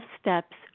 steps